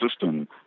system